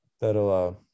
that'll